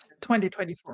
2024